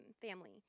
family